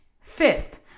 Fifth